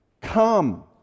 come